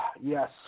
Yes